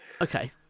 Okay